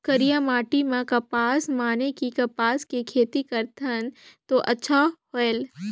करिया माटी म कपसा माने कि कपास के खेती करथन तो अच्छा होयल?